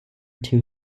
too